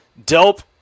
Delp